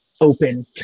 open